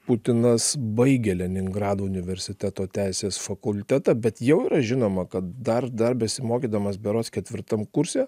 putinas baigė leningrado universiteto teisės fakultetą bet jau yra žinoma kad dar dar besimokydamas berods ketvirtam kurse